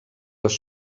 les